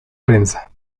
prensa